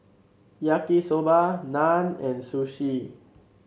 Yaki Soba Naan and Sushi